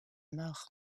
mort